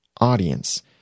audience